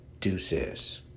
Deuces